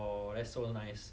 oh that's so nice